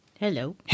Hello